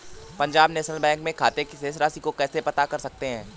Punjab national bank में खाते की शेष राशि को कैसे पता कर सकते हैं?